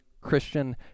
Christian